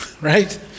right